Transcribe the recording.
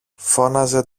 φώναζε